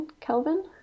kelvin